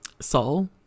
soul